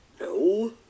No